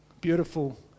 Beautiful